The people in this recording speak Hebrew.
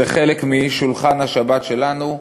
זה חלק משולחן השבת שלנו,